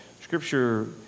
Scripture